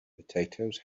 potatoes